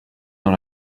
dans